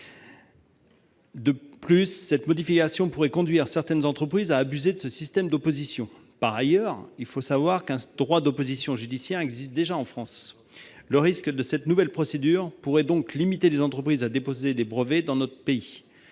Cette modification pourrait conduire certaines entreprises à abuser de ce système d'opposition. Par ailleurs, il faut savoir qu'un droit d'opposition judiciaire existe déjà en France. Le risque de cette nouvelle procédure, je le répète, serait de dissuader les entreprises de déposer des brevets dans notre pays.